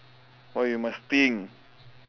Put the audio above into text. why you must think